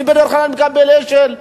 מי בכלל מקבל אש"ל?